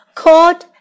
called